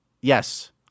Yes